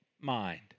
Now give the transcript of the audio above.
mind